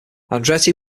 andretti